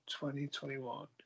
2021